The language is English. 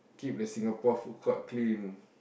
keep the Singapore food court clean